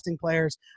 players